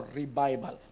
revival